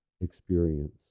experience